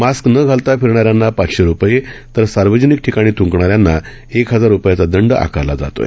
mask न घालता फिरणाऱ्यांना पाचशे रुपये तर सार्वजनिक ठिकाणी थ्रंकणाऱ्यांना एक हजार रुपयाचा दंड आकारला जात आहे